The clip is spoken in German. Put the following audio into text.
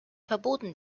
verboten